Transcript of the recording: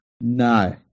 No